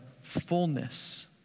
fullness